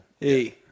Hey